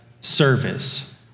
service